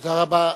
תודה רבה.